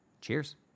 cheers